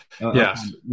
Yes